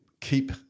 keep